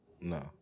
No